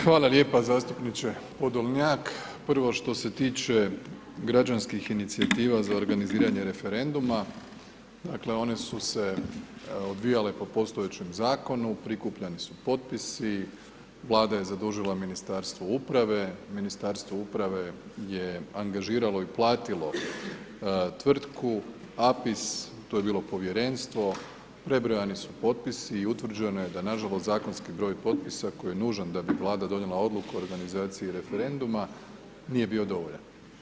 Hvala lijepa zastupniče Podolnjak, prvo što se tiče građanskih inicijativa za organiziranje referenduma, dakle one su se odvijale po postojećem zakonu, prikupljani su potpisi, Vlada je zadužila Ministarstvo uprave, Ministarstvo uprave je angažiralo i platilo tvrtku Apis, to je bilo povjerenstvo, prebrojani su potpisi i utvrđeno je da nažalost zakonski broj potpisa koji je nužan da bi Vlada donijela odluku o organizaciji referenduma, nije bio dovoljan.